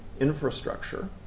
infrastructure